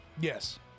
Yes